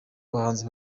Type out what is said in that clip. bahanzi